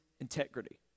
integrity